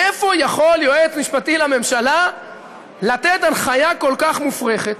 מאיפה יכול יועץ משפטי לממשלה לתת הנחיה כל כך מופרכת?